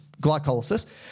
glycolysis